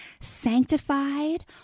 sanctified